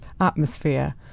atmosphere